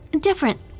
different